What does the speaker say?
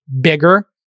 bigger